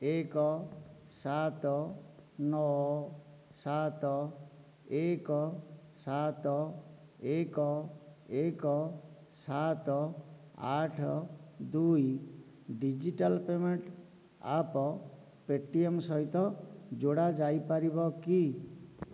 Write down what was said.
ଏକ ସାତ ନଅ ସାତ ଏକ ସାତ ଏକ ଏକ ସାତ ଆଠ ଦୁଇ ଡିଜିଟାଲ୍ ପେମେଣ୍ଟ୍ ଆପ୍ ପେଟିଏମ୍ ସହିତ ଯୋଡ଼ା ଯାଇପାରିବ କି